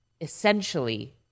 essentially